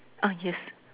ah yes